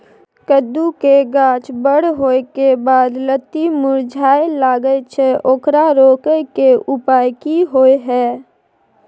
कद्दू के गाछ बर होय के बाद लत्ती मुरझाय लागे छै ओकरा रोके के उपाय कि होय है?